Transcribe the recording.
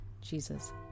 Jesus